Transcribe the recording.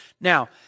Now